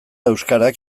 euskarak